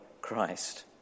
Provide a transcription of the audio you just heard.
Christ